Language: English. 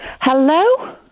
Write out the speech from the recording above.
Hello